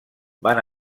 van